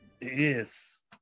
Yes